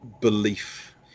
belief